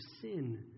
sin